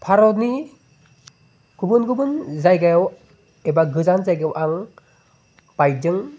भारतनि गुबुन गुबुन जायगायाव एबा गोजान जायगायाव आं बाइकजों